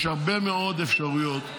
יש הרבה מאוד אפשרויות,